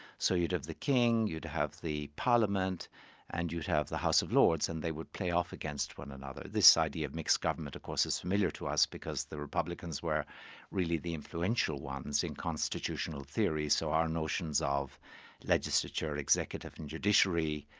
so you'd have the king, you'd have the parliament and you'd have the house of lords, and they would play off against one another. this idea of mixed government of course, is familiar to us because the republicans were really the influential ones in constitutional theory, so our notions of legislature, executive and judiciary,